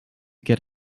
get